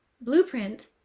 blueprint